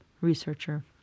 researcher